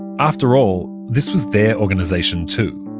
after all, this was their organization too.